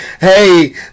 hey